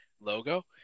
logo